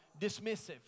dismissive